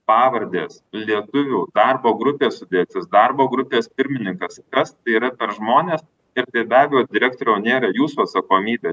pavardės lietuvių darbo grupės sudėtis darbo grupės pirmininkas kas tai yra per žmonės ir tai be abejo direktoriau nėra jūsų atsakomybė